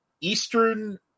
Eastern